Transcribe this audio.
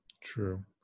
true